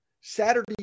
Saturday